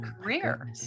career